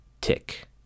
Tick